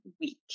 week